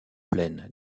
plaine